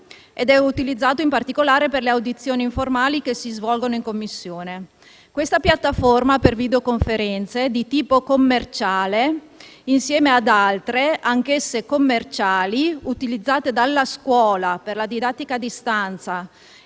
ed è utilizzato, in particolare, per le audizioni informali che si svolgono in Commissione. Questa piattaforma per videoconferenze di tipo commerciale, insieme ad altre, anch'esse commerciali, utilizzate dalla scuola per la didattica a distanza